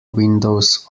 windows